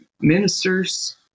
ministers